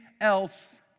else